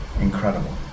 incredible